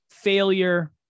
Failure